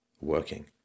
working